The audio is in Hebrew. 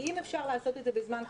כי אם אפשר לעשות את זה בזמן קורונה,